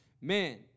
Man